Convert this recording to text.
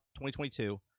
2022